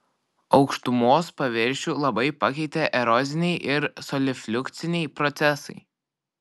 aukštumos paviršių labai pakeitė eroziniai ir solifliukciniai procesai